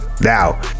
now